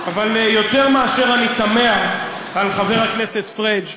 אבל יותר מאשר אני תמה על חבר הכנסת פריג',